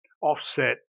Offset